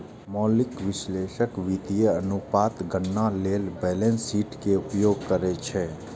मौलिक विश्लेषक वित्तीय अनुपातक गणना लेल बैलेंस शीट के उपयोग करै छै